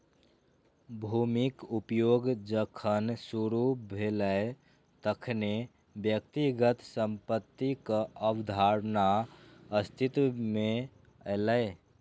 भूमिक उपयोग जखन शुरू भेलै, तखने व्यक्तिगत संपत्तिक अवधारणा अस्तित्व मे एलै